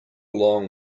long